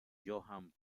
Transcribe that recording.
johann